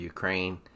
Ukraine